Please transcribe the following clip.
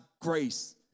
grace